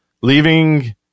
leaving